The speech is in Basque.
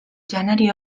janari